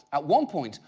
at one point,